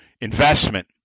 investment